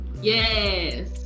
Yes